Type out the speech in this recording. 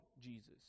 Jesus